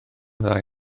ddau